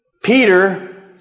Peter